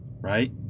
right